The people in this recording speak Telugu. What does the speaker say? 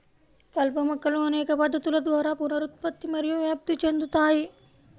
కలుపు మొక్కలు అనేక పద్ధతుల ద్వారా పునరుత్పత్తి మరియు వ్యాప్తి చెందుతాయి